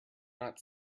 not